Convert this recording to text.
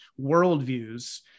worldviews